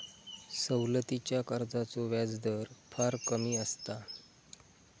सवलतीच्या कर्जाचो व्याजदर फार कमी असता